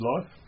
life